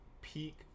peak